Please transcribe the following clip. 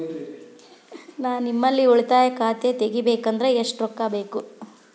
ನಾ ನಿಮ್ಮಲ್ಲಿ ಉಳಿತಾಯ ಖಾತೆ ತೆಗಿಬೇಕಂದ್ರ ಎಷ್ಟು ರೊಕ್ಕ ಬೇಕು?